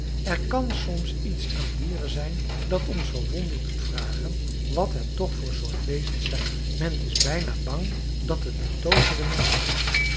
er kan soms iets aan dieren zijn dat ons verwonderd doet vragen wat het toch voor soort wezens zijn men is bijna bang dat het betooverde menschen zijn